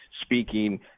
speaking